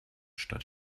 stadt